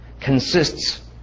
consists